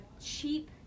cheap